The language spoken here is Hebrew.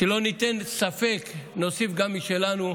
שלא ניתן ספק, נוסיף גם משלנו.